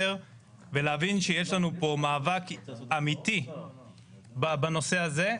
ולהבין שיש לנו פה מאבק אמיתי בנושא הזה.